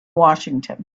washington